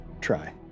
try